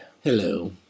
Hello